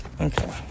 Okay